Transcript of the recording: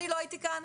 אני לא הייתי כאן,